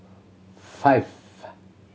five